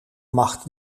macht